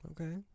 okay